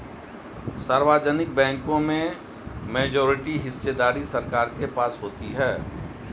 सार्वजनिक बैंकों में मेजॉरिटी हिस्सेदारी सरकार के पास होती है